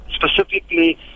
specifically